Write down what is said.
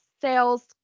sales